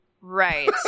Right